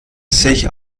sich